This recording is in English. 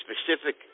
specific